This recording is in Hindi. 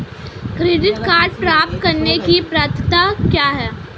क्रेडिट कार्ड प्राप्त करने की पात्रता क्या है?